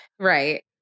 Right